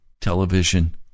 television